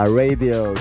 radio